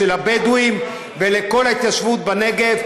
של הבדואים בנגב ולכל ההתיישבות בנגב